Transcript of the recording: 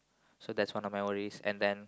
so that's one of my worries and then